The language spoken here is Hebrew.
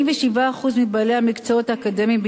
47% מבעלי המקצועות האקדמיים בישראל,